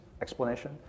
explanation